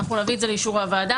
אנחנו נביא את זה לאישור הוועדה.